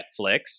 Netflix